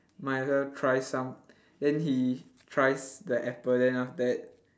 might as well try some then he tries the apple then after that